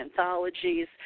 anthologies